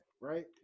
right